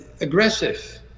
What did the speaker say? aggressive